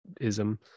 ism